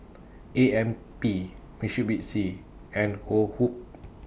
A M P Mitsubishi and Woh Hup